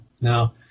Now